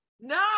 No